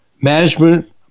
management